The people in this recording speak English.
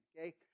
okay